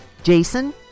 Jason